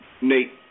Nate